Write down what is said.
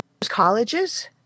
colleges